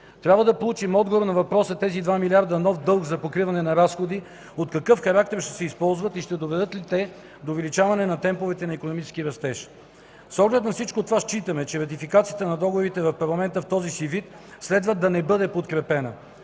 Трябва да получим отговор на въпроса – тези 2 милиарда нов дълг за покриване на разходи от какъв характер ще се използват и ще доведат ли те до увеличаване на темповете на икономически растеж? С оглед на всичко това считаме, че ратификацията на договорите в парламента в този си вид следва да не бъде подкрепена.